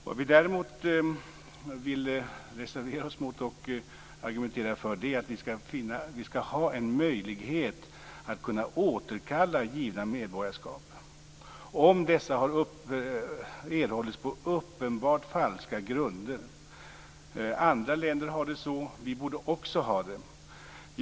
Vad vi däremot vill reservera oss mot och argumentera för är att vi skall ha en möjlighet att återkalla givna medborgarskap om dessa har erhållits på uppenbart falska grunder. Andra länder har det så, och vi borde också ha det så.